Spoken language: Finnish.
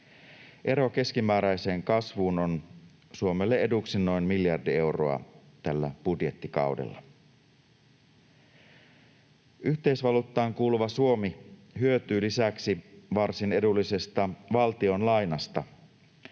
Ero keskimääräiseen kasvuun on Suomelle eduksi noin miljardi euroa tällä budjettikaudella. Yhteisvaluuttaan kuuluva Suomi hyötyy lisäksi varsin edullisesta valtionlainasta.